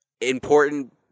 important